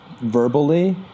verbally